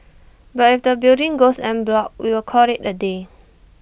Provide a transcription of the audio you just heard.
but if the building goes en bloc we will call IT A day